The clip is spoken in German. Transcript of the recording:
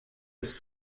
ist